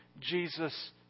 Jesus